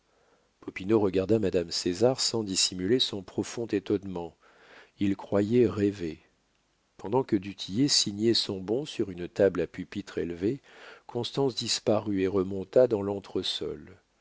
popinot regarda madame césar sans dissimuler son profond étonnement il croyait rêver pendant que du tillet signait son bon sur une table à pupitre élevé constance disparut et remonta dans l'entresol